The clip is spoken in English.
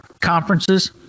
conferences